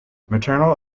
maternal